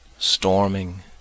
Storming